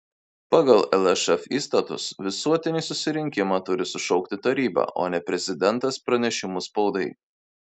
pagal lšf įstatus visuotinį susirinkimą turi sušaukti taryba o ne prezidentas pranešimu spaudai